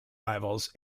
rivals